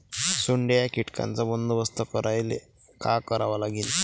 सोंडे या कीटकांचा बंदोबस्त करायले का करावं लागीन?